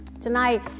tonight